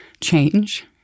change